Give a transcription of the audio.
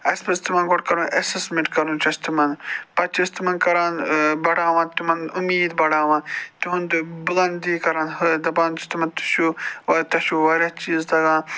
اَسہِ پَزِ تِمَن گۄڈٕ کَرُن اٮ۪سٮ۪سمٮ۪نٛٹ کَرُن چھُ اَسہِ تِمَن پَتہٕ چھُ اَسہِ تِمَن کران بَڑھاوان تِمَن اُمیٖد بَڑھاوان تِہُنٛد بُلندی کران ہہٕ دپان چھِ تِمن تُہۍ چھُو تۄہہِ چھُو واریاہ چیٖز تَگان